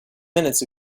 minutes